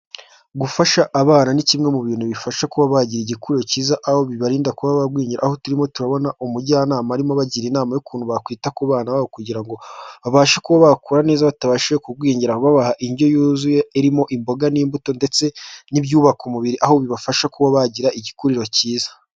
Gufasha abana, ni kimwe mu bintu bibafasha kuba bagira igikururo cyiza, aho bibarinda kubagwingira, aho turimo turabona umujyanama arimo abagira inama y'ukuntu bakwita ku bana babo, kugira ngo babashe kuba bakura neza batabashije kugwingiraha, babaha indyo yuzuye, irimo imboga n'imbuto ndetse n'ibyubaka umubiri, aho bibafasha kuba bagira igikuriro cyiza.